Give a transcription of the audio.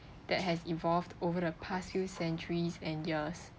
that has evolved over the past few centuries and years